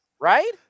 Right